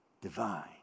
divine